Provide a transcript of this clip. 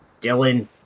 Dylan